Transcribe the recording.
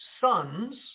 sons